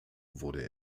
wurde